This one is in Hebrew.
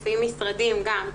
לפי משרדים גם,